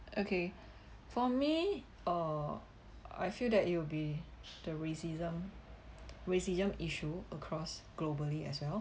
okay for me uh I feel that it will be the racism racism issue across globally as well